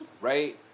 Right